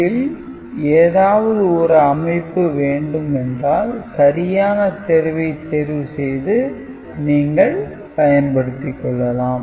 இதில் ஏதாவது ஒரு அமைப்பு வேண்டும் என்றால் சரியான தேர்வை தேர்வு செய்து நீங்கள் பயன்படுத்திக் கொள்ளலாம்